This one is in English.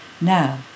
Now